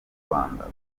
rwanda